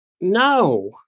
No